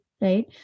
right